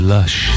Lush